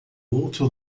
outro